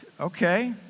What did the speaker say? Okay